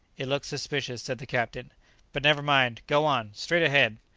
it looks suspicious, said the captain but never mind go on! straight ahead!